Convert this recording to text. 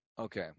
Okay